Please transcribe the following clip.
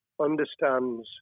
understands